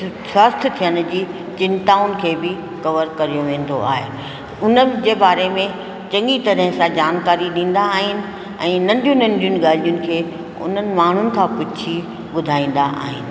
स्वास्थ्य थियण जी चिन्ताउनि खे बि कवर कयो वेंदो आहे उन्हनि जे बारे में चङी तरह सां जानकारी ॾींदा आहिनि ऐं नंढियुनि नंढियुनि ॻाल्हियुनि खे उन्हनि माण्हुनि खां पुछी ॿुधाईंदा आहिनि